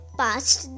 past